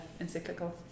encyclical